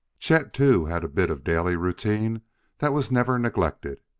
chet, too, had a bit of daily routine that was never neglected.